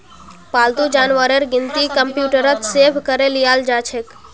पालतू जानवरेर गिनती कंप्यूटरत सेभ करे लियाल जाछेक